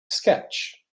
sketch